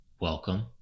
Welcome